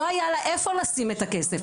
לא היה לה איפה לשים את הכסף,